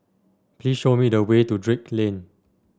please show me the way to Drake Lane